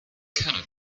cannot